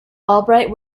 albright